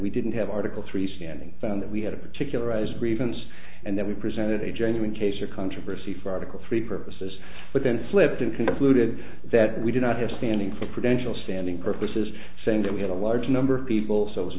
we didn't have article three standing found that we had a particular as a grievance and that we presented a genuine case or controversy for article three purposes but then slipped and concluded that we did not have standing for prudential standing purposes saying that we had a large number of people so